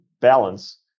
balance